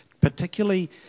particularly